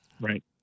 right